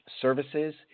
services